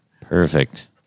Perfect